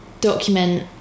document